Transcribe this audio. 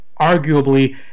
arguably